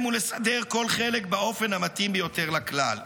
ולסדר כל חלק באופן המתאים ביותר לכלל.